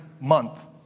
month